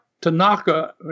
Tanaka